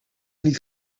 niet